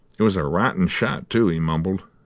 it was a rotten shot, too, he mumbled,